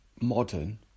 modern